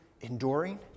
enduring